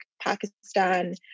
Pakistan